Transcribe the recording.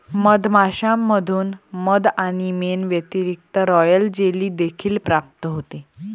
मधमाश्यांमधून मध आणि मेण व्यतिरिक्त, रॉयल जेली देखील प्राप्त होते